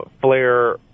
Flair